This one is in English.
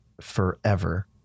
Forever